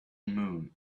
moon